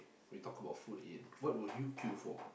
we talk about food in what would you queue for